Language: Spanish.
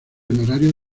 honorario